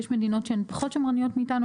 יש מדינות שהן פחות שמרניות מאתנו.